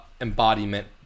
embodiment